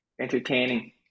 Entertaining